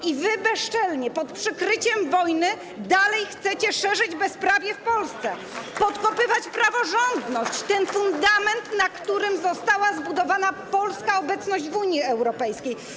Tymczasem wy bezczelnie pod przykryciem wojny nadal chcecie szerzyć bezprawie w Polsce, podkopywać praworządność, ten fundament, na którym została zbudowana polska obecność w Unii Europejskiej.